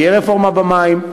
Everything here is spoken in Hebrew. תהיה רפורמה במים,